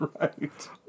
Right